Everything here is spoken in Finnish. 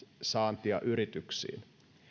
saantia yrityksiin